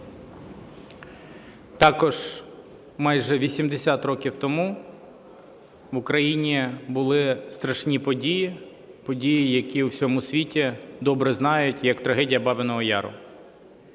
Також майже 80 років тому в Україні були страшні події – події, які у всьому світі добре знають, як трагедія Бабиного Яру.